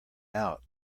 out